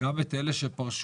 גם את אלה שפרשו,